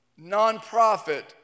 nonprofit